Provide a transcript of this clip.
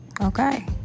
Okay